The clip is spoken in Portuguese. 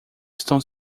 estão